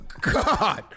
God